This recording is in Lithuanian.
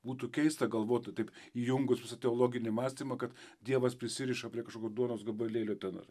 būtų keista galvotų taip įjungus visą teologinį mąstymą kad dievas prisiriša prie kažkokio duonos gabalėlio ten ar